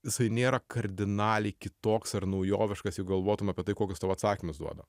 jisai nėra kardinaliai kitoks ar naujoviškas galvotum apie tai kokius tau atsakymus duoda